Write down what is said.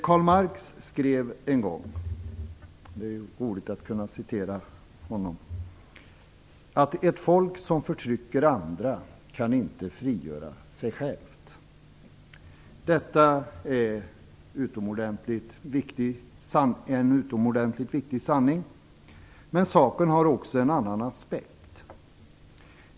Karl Marx skrev en gång - och jag tycker att det är roligt att kunna citera honom - att ett folk som förtrycker andra inte kan frigöra sig självt. Detta är en utomordentligt viktig sanning, men saken har också en annan aspekt.